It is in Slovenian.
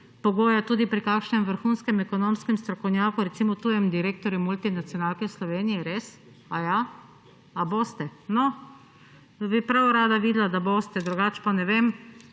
pogoja tudi pri kakšnem vrhunskem ekonomskem strokovnjaku, recimo tujem direktorju multinacionalke v Sloveniji? / oglašanje iz dvorane/ Res, aja? A boste? No, bi prav rada videla, da boste. Drugače pa ne vem,